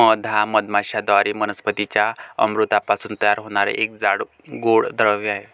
मध हा मधमाश्यांद्वारे वनस्पतीं च्या अमृतापासून तयार होणारा एक जाड, गोड द्रव आहे